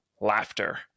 laughter